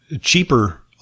cheaper